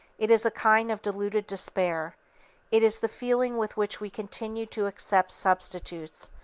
it is a kind of diluted despair it is the feeling with which we continue to accept substitutes,